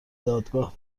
دادگاه